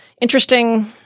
interesting